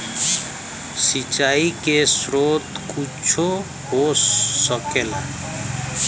सिंचाइ के स्रोत कुच्छो हो सकेला